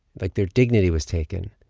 like their dignity was taken,